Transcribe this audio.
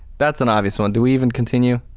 that's an obvious one. do we even continue?